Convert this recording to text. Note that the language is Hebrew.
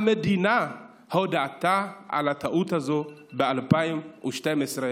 המדינה הודתה בטעות הזאת ב-2012.